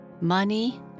Money